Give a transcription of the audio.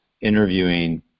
interviewing